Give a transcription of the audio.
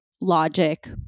logic